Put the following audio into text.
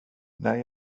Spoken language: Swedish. när